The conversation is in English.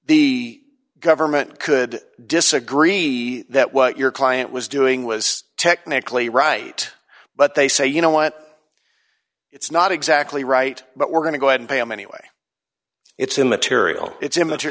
the government could disagree that what your client was doing was technically right but they say you know what it's not exactly right but we're going to go and pay him anyway it's immaterial it's immat